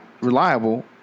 reliable